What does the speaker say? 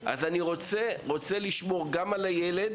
אני רוצה לשמור גם על הילד,